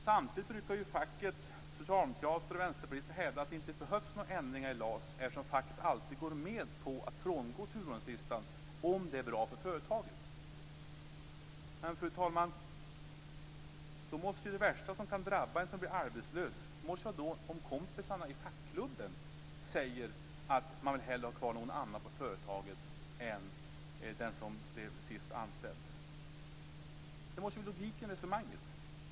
Samtidigt brukar ju facket, socialdemokrater och vänsterpartister hävda att det inte behövs några ändringar i LAS, eftersom facket alltid går med på att frångå turordningslistan om det är bra för företaget. Men, fru talman, det värsta som kan drabba en arbetslös måste då vara om kompisarna i fackklubben säger att de hellre vill ha någon annan kvar på företaget än den som blev sist anställd. Detta måste ju vara logiken i resonemanget.